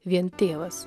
vien tėvas